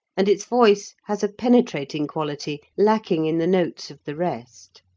and its voice has a penetrating quality lacking in the notes of the rest.